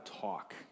talk